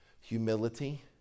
Humility